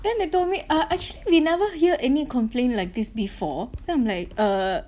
then they told me uh actually we never hear any complain like this before then I'm like err